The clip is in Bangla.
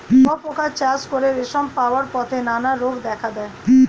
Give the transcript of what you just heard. শুঁয়োপোকা চাষ করে রেশম পাওয়ার পথে নানা রোগ দেখা দেয়